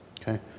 Okay